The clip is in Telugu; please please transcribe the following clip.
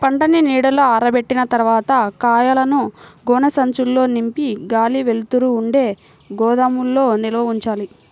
పంటని నీడలో ఆరబెట్టిన తర్వాత కాయలను గోనె సంచుల్లో నింపి గాలి, వెలుతురు ఉండే గోదాముల్లో నిల్వ ఉంచాలి